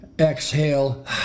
exhale